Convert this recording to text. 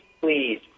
please